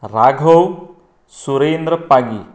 Raghav Surendra Pagi